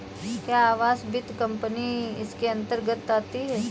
क्या आवास वित्त कंपनी इसके अन्तर्गत आती है?